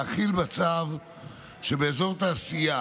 להחיל מצב שבאזור תעשייה